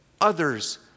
others